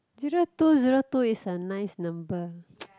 zero two zero two is a nice number